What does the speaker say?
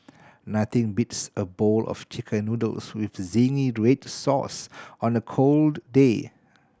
nothing beats a bowl of Chicken Noodles with zingy red sauce on the cold day